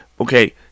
Okay